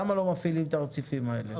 למה לא מפעילים את הרציפים האלה?